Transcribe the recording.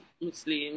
Muslim